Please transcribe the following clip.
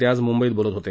ते आज मुंबईत बोलत होते